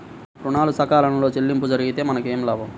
ఋణాలు సకాలంలో చెల్లింపు జరిగితే మనకు ఏమి లాభం?